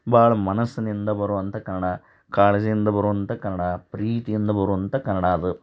ಭಾಳ ಮನಸ್ಸಿನಿಂದ ಬರುವಂಥ ಕನ್ನಡ ಕಾಳಜಿಯಿಂದ ಬರುವಂಥ ಕನ್ನಡ ಪ್ರೀತಿಯಿಂದ ಬರುವಂಥ ಕನ್ನಡ ಅದು